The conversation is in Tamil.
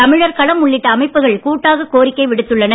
தமிழர் களம் உள்ளிட்ட அமைப்புகள் கூட்டாக கோரிக்கை விடுத்துள்ளன